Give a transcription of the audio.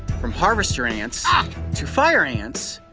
from harvester and ants to fire ants,